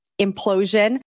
implosion